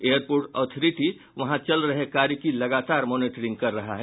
airport authority वहां चल रहे कार्य की लगातार मॉनिटरिंग कर रहा है